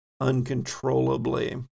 uncontrollably